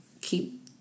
keep